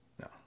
No